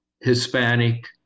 Hispanic